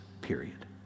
period